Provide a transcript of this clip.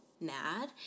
mad